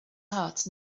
heart